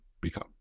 become